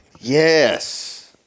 Yes